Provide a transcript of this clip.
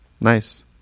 nice